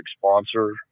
sponsor